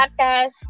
podcast